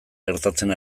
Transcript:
gertatzen